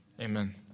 Amen